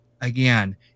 again